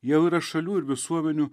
jau yra šalių ir visuomenių